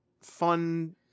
fun